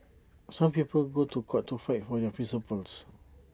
some people go to court to fight for their principles